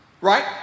Right